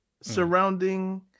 surrounding